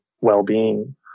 well-being